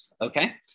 okay